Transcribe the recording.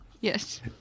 Yes